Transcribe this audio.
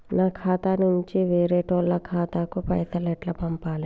నా ఖాతా నుంచి వేరేటోళ్ల ఖాతాకు పైసలు ఎట్ల పంపాలే?